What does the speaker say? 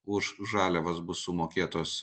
už žaliavas bus sumokėtos